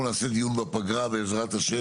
אנחנו נעשה דיון בפגרה בעזרת השם.